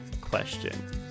question